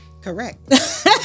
Correct